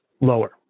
lower